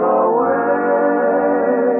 away